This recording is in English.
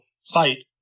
fight